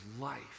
life